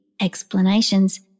explanations